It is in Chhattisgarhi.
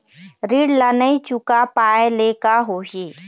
ऋण ला नई चुका पाय ले का होही?